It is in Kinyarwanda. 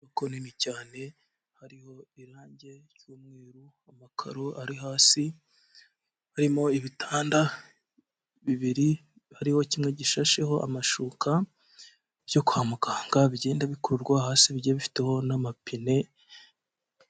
Inyubako nini cyane hariho irangi ry'umweru amakaro ari hasi harimo ibitanda bibiri, hariho kimwe gishasheho amashuka byo yo kwa muganga bigenda bikururwa hasi bijyiye bifiteho n'amapine.